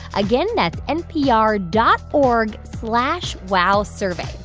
again, that's npr dot org slash wowsurvey.